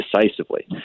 decisively